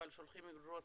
אבל שולחים גרורות